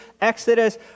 Exodus